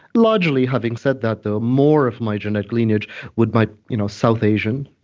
largely, having said that, though, more of my genetic lineage with my. you know south asian,